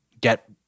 get